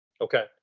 Okay